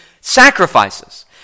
sacrifices